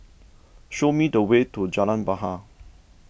show me the way to Jalan Bahar